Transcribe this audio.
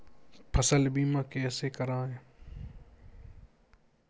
फसल बीमा कैसे कराएँ?